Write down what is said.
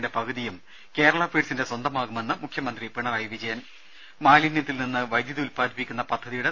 യുടെ പകുതിയും കേരള ഫീഡ്സിന്റെ സ്വന്തമാകുമെന്ന് മുഖ്യമന്ത്രി പിണറായി വിജയൻ മാലിനൃത്തിൽ നിന്ന് വൈദ്യുതി ഉത്പാദിപ്പിക്കുന്ന പദ്ധതിയുടെ